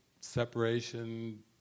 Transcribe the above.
separation